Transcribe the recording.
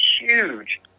huge